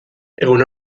egun